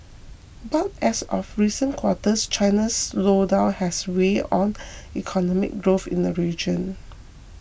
but as of recent quarters China's slowdown has weighed on economic growth in the region